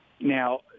Now